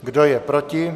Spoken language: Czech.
Kdo je proti?